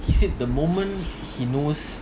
he said the moment he knows